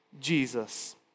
Jesus